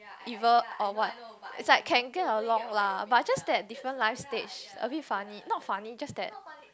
evil or what is like can get along lah but just that different life stage a bit funny not funny just that